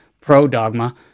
pro-dogma